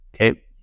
Okay